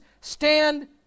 stand